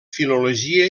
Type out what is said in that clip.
filologia